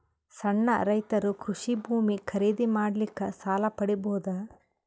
ಸಣ್ಣ ರೈತರು ಕೃಷಿ ಭೂಮಿ ಖರೀದಿ ಮಾಡ್ಲಿಕ್ಕ ಸಾಲ ಪಡಿಬೋದ?